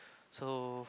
so